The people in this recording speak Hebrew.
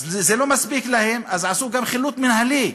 זה לא מספיק להם, אז עשו גם חילוט מינהלי.